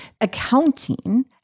accounting